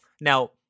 Now